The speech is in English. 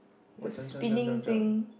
the spinning thing